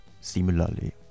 similarly